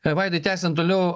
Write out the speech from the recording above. vaidai tęsiant toliau